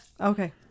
okay